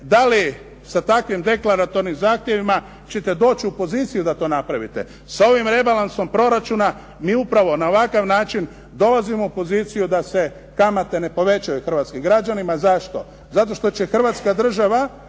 da li sa takvim deklaratornim zahtjevima ćete doći u poziciju da to napravite. Sa ovakvim rebalansom proračuna mi upravo na ovakav način dolazimo u poziciju da se kamate ne povećaju hrvatskim građanima, zašto? Zato što će Hrvatska država